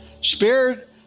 Spirit